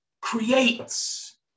creates